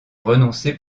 renoncer